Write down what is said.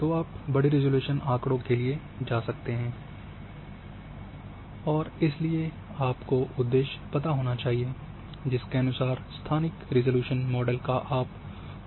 तो आप बड़े रिज़ॉल्यूशन आँकड़े के लिए जा सकते हैं और इसलिए आपको उद्देश्य पता होना चाहिए जिसके अनुसार स्थानिक रिज़ॉल्यूशन मॉडल का आप उपयोग कर पाएँ